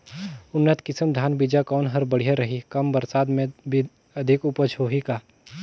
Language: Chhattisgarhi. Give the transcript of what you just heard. उन्नत किसम धान बीजा कौन हर बढ़िया रही? कम बरसात मे भी अधिक उपज होही का?